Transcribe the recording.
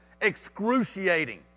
Excruciating